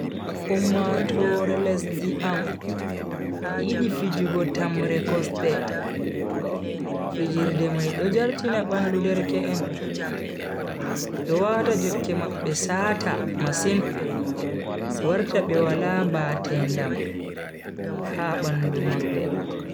Ummatoore lesdi am yidi fijugo tamre kosde. fijirde mai do jartina bandu derke en do wata jokke mabbe saata masin warta be wala mbatendam ha bandu mabbe.